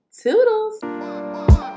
Toodles